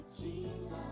jesus